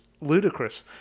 ludicrous